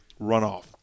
runoff